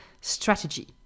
strategy